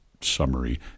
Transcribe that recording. summary